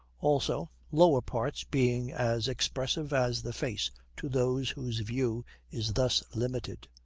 also, lower parts being as expressive as the face to those whose view is thus limited,